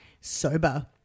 Sober